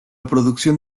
producción